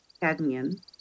cadmium